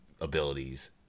abilities